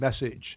message